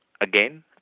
again